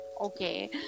Okay